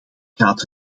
gaat